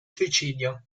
suicidio